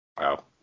Wow